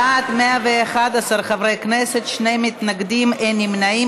בעד, 111 חברי כנסת, שני מתנגדים, אין נמנעים.